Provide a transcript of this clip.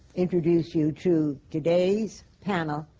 introduce you to today's panel,